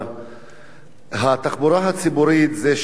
התחבורה הציבורית זה שני צדדים.